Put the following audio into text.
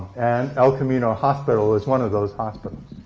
and el camino hospital is one of those hospitals.